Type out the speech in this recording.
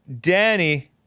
Danny